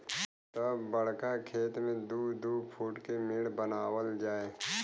तब बड़का खेत मे दू दू फूट के मेड़ बनावल जाए